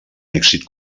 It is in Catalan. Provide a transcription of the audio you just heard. èxit